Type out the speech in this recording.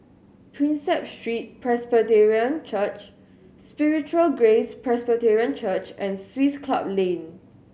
Prinsep Street Presbyterian Church Spiritual Grace Presbyterian Church and Swiss Club Lane